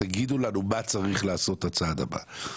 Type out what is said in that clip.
תגידו לנו מה צריך לעשות כצעד הבא.